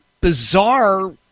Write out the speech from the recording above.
bizarre